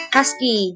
Husky